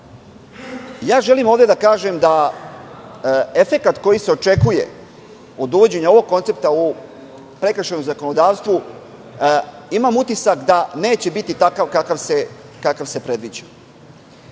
Želim ovde da kažem da efekat koji se očekuje od uvođenja ovog koncepta u prekršajno zakonodavstvo, imam utisak da neće biti takav kakav se predviđa.